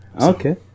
Okay